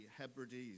Hebrides